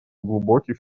глубокий